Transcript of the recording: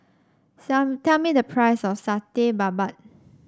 sale me tell me the price of Satay Babat